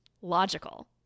logical